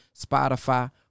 Spotify